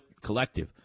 collective